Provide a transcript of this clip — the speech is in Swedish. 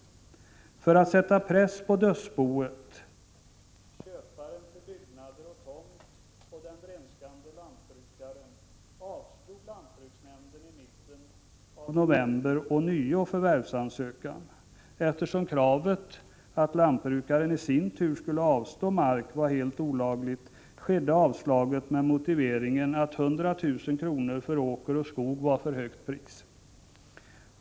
För att sätta press på dödsboet, köparen till byggnader och tomt och den ”vrenskande” lantbrukaren avslog lantbruksnämnden i mitten av november ånyo förvärvsansökan. Eftersom kravet att lantbrukaren i sin tur skulle avstå utmark var helt olagligt, skedde avslaget med motiveringen att 100 000 kr. för åker och skog var för högt pris.